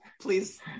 Please